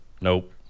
Nope